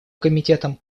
комитетом